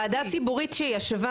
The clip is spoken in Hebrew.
ועדה ציבורית שישבה